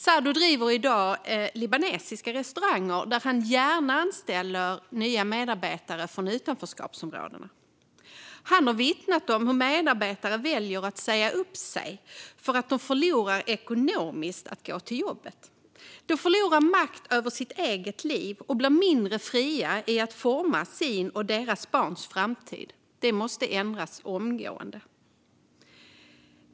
Sadoo driver i dag libanesiska restauranger där han gärna anställer nya medarbetare från utanförskapsområden. Han har vittnat om hur medarbetare väljer att säga upp sig därför att de förlorar ekonomiskt på att gå till jobbet. De förlorar makt över sitt eget liv och blir mindre fria att forma sin och sina barns framtid. Detta måste ändras omgående.